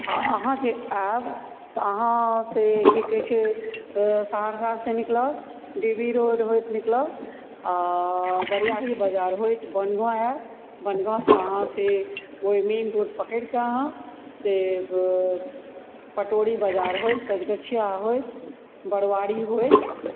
आ आहाँ जे आयब तऽ आहाँ से की कहै छै सहरसा से निकलब देवी रोड होइत निकलब आ बरियाही बजार होइत बनगाँव आयब बनगाँवसँ आहाँ से ओहि मेन रोड पकड़ि कऽ आहाँ से पटोरी बजार होइत पंचगछिया होइत बरुआरी होइत